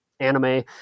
anime